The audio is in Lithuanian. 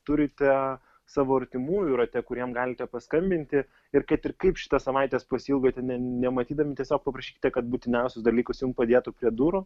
turite savo artimųjų rate kuriem galite paskambinti ir kad ir kaip šitas savaites pasiilgote ne nematydami tiesiog paprašykite kad būtiniausius dalykus jum padėtų prie durų